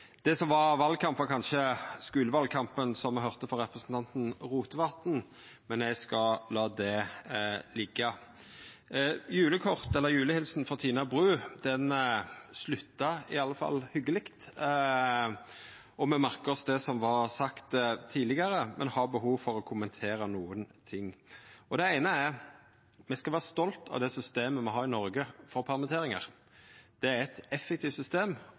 Det som var valkamp, var kanskje skulevalkampen som me høyrde frå representanten Rotevatn, men eg skal la det liggja. Julehelsinga frå Tina Bru slutta i alle fall hyggeleg. Me merkar oss det som vart sagt tidlegare, men eg har behov for å kommentera nokre ting. Det eine er at me skal vera stolte av det systemet for permittering som me har i Noreg. Det er eit effektivt system,